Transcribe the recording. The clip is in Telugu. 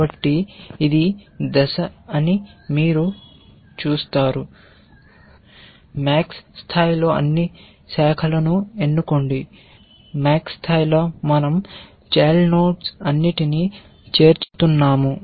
కాబట్టి ఇది దశ అని మీరు చూస్తారు max స్థాయిలో అన్ని శాఖలను ఎన్నుకోండి max స్థాయిలో మన০ చైల్డ్ నోడ్స్ అన్నిటిని చేర్చుతున్నాము